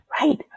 right